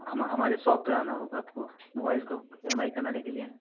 हमा हमारे सॉप पे आना होगा आपको मोबाईल को ई एम आई कराने के लिए